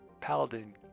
Paladin